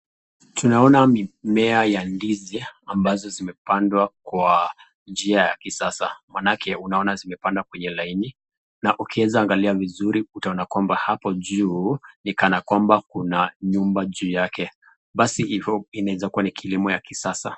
Tunaona mimea ya ndizi ambazo zimepandwa kwa njia ya kisasa maanake unaona zimepandwa kwenye laini na ukiweza kuangalia vizuri utaweza kuona kwamba hapo juu ni kana kwamba kuna nyumba juu yake. Basi hivyo inaweza kuwa ni kilimo ya kisasa.